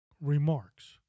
remarks